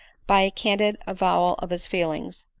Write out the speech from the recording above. by a candid avowal of his feelings,